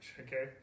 Okay